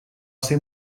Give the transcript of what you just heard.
ser